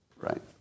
right